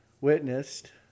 witnessed